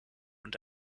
und